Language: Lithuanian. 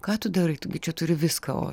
ką tu darai tu gi čia turi viską o